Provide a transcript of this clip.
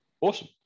awesome